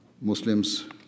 Muslims